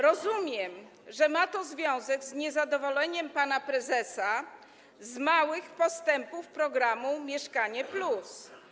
Rozumiem, że ma to związek z niezadowoleniem pana prezesa z małych postępów programu „Mieszkanie+”